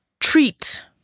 treat